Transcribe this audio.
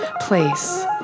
place